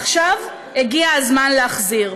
עכשיו הגיע הזמן להחזיר.